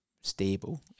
stable